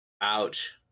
Ouch